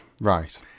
Right